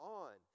on